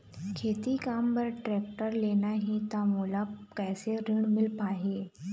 खेती काम बर टेक्टर लेना ही त मोला कैसे ऋण मिल पाही?